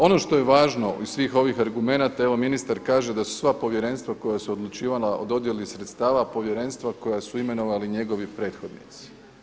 Ono što je važno iz svih ovih argumenata, evo ministar kaže da su sva povjerenstva koja su odlučivala o dodjeli sredstava, povjerenstva koja su imenovali njegovi prethodnici.